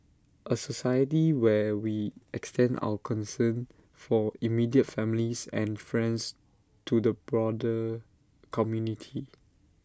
A society where we extend our concern for immediate families and friends to the broader community